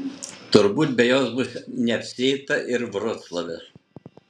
turbūt be jos bus neapsieita ir vroclave